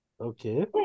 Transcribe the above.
Okay